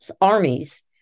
armies